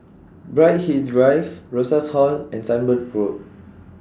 Bright Hill Drive Rosas Hall and Sunbird Road